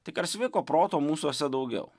tik ar sveiko proto mūsuose daugiau